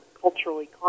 culturally